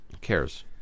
cares